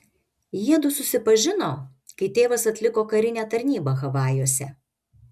jiedu susipažino kai tėvas atliko karinę tarnybą havajuose